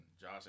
Josh